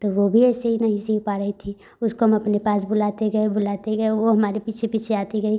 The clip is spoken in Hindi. तो वो भी ऐसे ही नहीं सीख पा रही थी उसको हम अपने पास बुलाते गए बुलाते गए वो हमारे पीछे पीछे आती गई